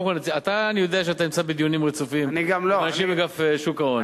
אני יודע שאתה נמצא בדיונים רצופים עם אנשי אגף שוק ההון,